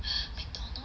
ha McDonald's